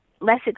less